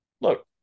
look